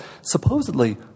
supposedly